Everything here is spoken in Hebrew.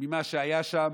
ממה שהיה שם,